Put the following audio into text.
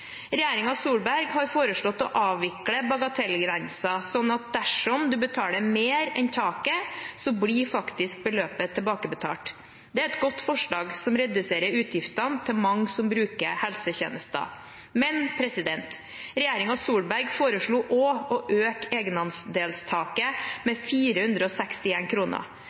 Solberg har foreslått å avvikle bagatellgrensen, sånn at dersom man betaler mer enn taket, blir beløpet faktisk tilbakebetalt. Det er et godt forslag som reduserer utgiftene til mange som bruker helsetjenester. Men regjeringen Solberg foreslo også å øke egenandelstaket med 461 kr. 35 kr finansierer avviklingen av bagatellgrensen, og